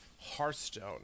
hearthstone